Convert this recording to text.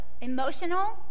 emotional